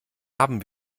haben